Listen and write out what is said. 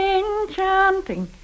enchanting